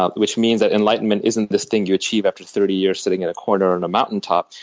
ah which means that enlightenment isn't this thing you achieve after thirty years sitting in a corner on a mountaintop.